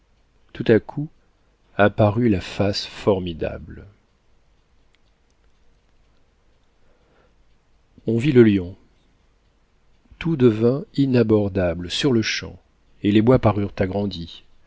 tout à coup apparut la face formidable on vit le lion tout devint inabordable sur-le-champ et les bois parurent agrandis